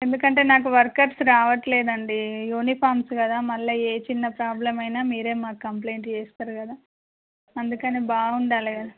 ఎందుకంటే నాకు వర్కర్స్ రావట్లేదండి యూనిఫరమ్స్ కదా మళ్ళా ఏ చిన్న ప్రాబ్లం అయినా మీరే మాకు కంప్లయింట్ చేస్తారు కదా అందుకని బాగుండాలి కదా